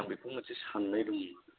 आं बेखौ मोनसे साननाय दंमोन